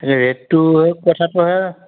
এ ৰেটটো কথাটোহে